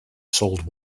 sold